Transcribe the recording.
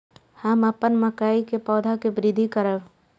हम अपन मकई के पौधा के वृद्धि करब?